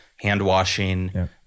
Hand-washing